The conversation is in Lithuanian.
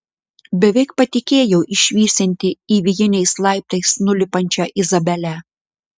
beveik patikėjo išvysianti įvijiniais laiptais nulipančią izabelę